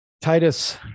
Titus